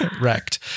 wrecked